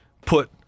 put